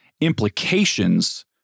implications